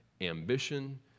ambition